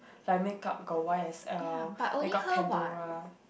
like makeup got y_s_l then got Pandora